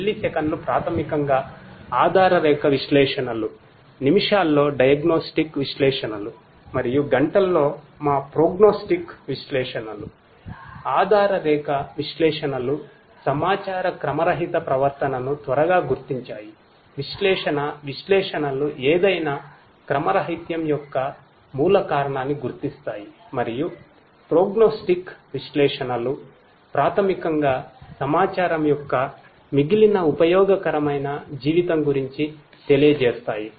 మిల్లీసెకన్లు ప్రాథమికంగా ఆధారరేఖ విశ్లేషణలు నిమిషాల్లో డయాగ్నొస్టిక్ విశ్లేషణలు ప్రాథమికంగా సమాచారము యొక్క మిగిలిన ఉపయోగకరమైన జీవితం గురించి తెలియజేస్తాయి